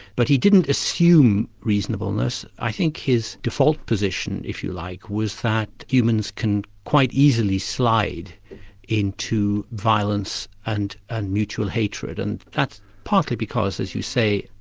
but he didn't assume reasonableness, i think his default position, if you like, was that humans can quite easily slide into violence and and mutual hatred, and that's partly because, as you say,